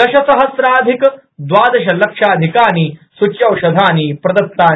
दशसहस्राधिकद्वादशलक्षाधिकानि सूच्यौषधानि प्रदतानि